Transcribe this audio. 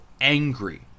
angry